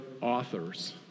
authors